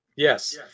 Yes